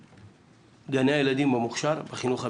גני הילדים במוכש"ר בחינוך המיוחד,